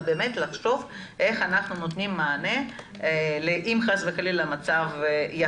באמת לחשוב איך אנחנו נותנים מענה אם המצב חס וחלילה יחמיר.